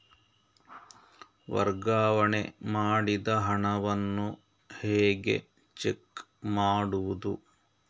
ವರ್ಗಾವಣೆ ಮಾಡಿದ ಹಣವನ್ನು ಹೇಗೆ ಚೆಕ್ ಮಾಡುವುದು?